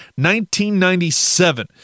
1997